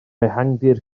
ehangdir